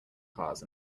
cars